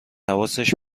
حواسش